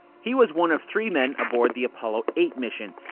he was one of three men aboard the apollo eight mission,